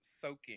soaking